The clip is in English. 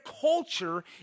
culture